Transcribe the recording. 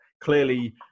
clearly